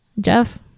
Jeff